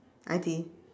I_T